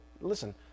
listen